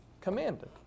commanded